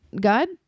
God